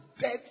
dead